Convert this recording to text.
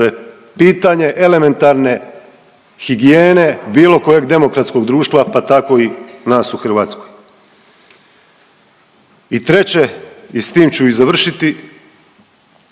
To je pitanje elementarne higijene bilo kojeg demokratskog društva pa tako i nas u Hrvatskoj. I treće, i s tim ću i završiti,